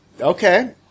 okay